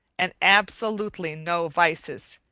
and absolutely no vices.